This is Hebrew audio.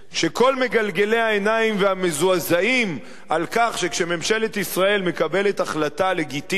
שכל מגלגלי העיניים והמזועזעים מכך שממשלת ישראל מקבלת החלטה לגיטימית,